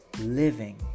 living